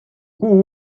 kuu